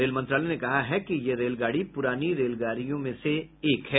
rail मंत्रालय ने कहा कि यह रेलगाड़ी प्रानी रेलगाड़ियों में से एक है